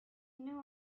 knew